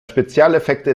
spezialeffekte